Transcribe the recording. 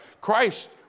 Christ